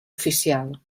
oficial